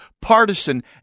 partisan